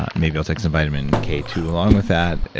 ah and maybe i'll take some vitamin k two along with that.